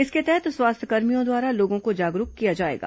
इसके तहत स्वास्थ्यकर्मियों द्वारा लोगों को जागरूक किया जाएगा